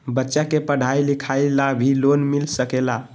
बच्चा के पढ़ाई लिखाई ला भी लोन मिल सकेला?